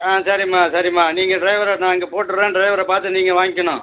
ஆ சரிம்மா சரிம்மா நீங்கள் டிரைவரை நான் இங்கே போட்டுறேன் டிரைவரை பார்த்து நீங்கள் வாங்கிக்கணும்